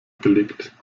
gelegt